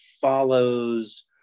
follows